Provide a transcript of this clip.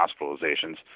hospitalizations